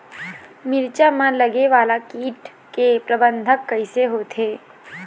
मिरचा मा लगे वाला कीट के प्रबंधन कइसे होथे?